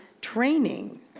training